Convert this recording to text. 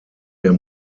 der